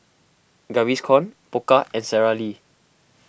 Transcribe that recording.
Gaviscon Pokka and Sara Lee